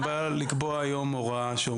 מה הבעיה לקבוע היום הוראה?